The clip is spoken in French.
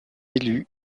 élu